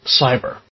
cyber